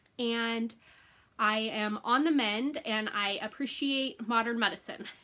and i am on the mend, and i appreciate modern medicine